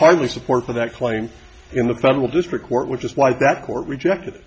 hardly support for that claim in the federal district court which is why that court rejected